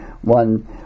one